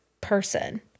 person